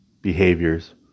behaviors